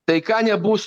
taika nebus